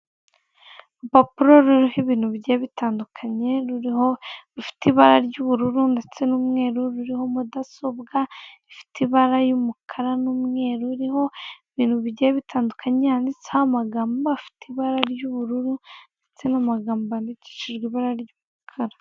Urupapuro ruriho ibinu bigiye bitandukanye, rufite ibara ry'ubururu ndetse n'umweru ruriho mudasobwa ifite ibara ry'umukara n'umweru, ruriho ibinu bigiye bitandukanye handitseho amagambo afite ibara ry'ubururu ndetse n'amagambo yandikishije ibara ry'umukara.